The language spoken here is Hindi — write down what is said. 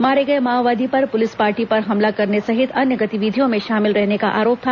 मारे गए माओवादी पर पुलिस पार्टी पर हमला करने सहित अन्य गतिविधियों में शामिल रहने का आरोप था